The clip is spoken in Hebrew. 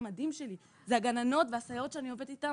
המדהים שלי הגננות והסייעות שאני עובדת איתן